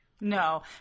No